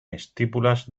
estípulas